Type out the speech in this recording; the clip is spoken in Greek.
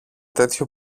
τέτοιο